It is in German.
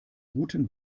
guten